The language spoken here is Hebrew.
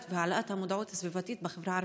והעלאת המודעות הסביבתית בחברה הערבית,